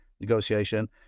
negotiation